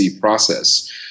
process